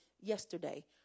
yesterday